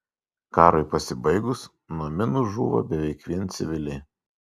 karui pasibaigus nuo minų žūva beveik vien civiliai